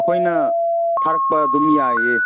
ꯑꯩꯈꯣꯏꯅ ꯊꯥꯔꯛꯄ ꯑꯗꯨꯝ ꯌꯥꯏꯌꯦ